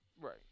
Right